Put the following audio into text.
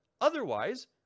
Otherwise